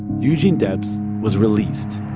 eugene debs was released